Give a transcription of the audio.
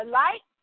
light